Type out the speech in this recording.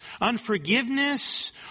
unforgiveness